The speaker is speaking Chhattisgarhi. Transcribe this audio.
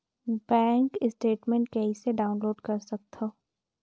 बैंक स्टेटमेंट कइसे डाउनलोड कर सकथव?